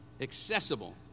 accessible